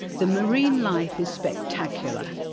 the marine life is spectacular.